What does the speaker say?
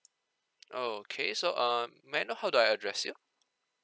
oh okay so uh may I know how do I address you